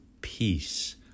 peace